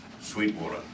Sweetwater